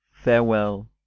Farewell